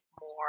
more